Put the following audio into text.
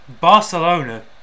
Barcelona